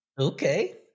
Okay